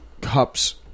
Cups